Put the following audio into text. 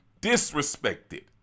disrespected